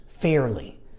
fairly